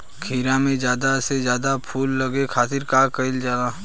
खीरा मे ज्यादा से ज्यादा फूल लगे खातीर का कईल जाला?